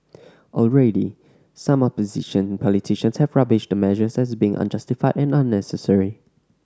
already some opposition politicians have rubbished the measures as being unjustified and unnecessary